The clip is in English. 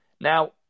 Now